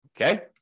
Okay